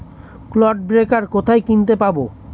Clod breaker কোথায় কিনতে পাব?